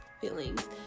feelings